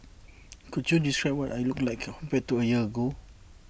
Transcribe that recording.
could you describe what I looked like compared to A year ago